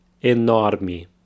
enorme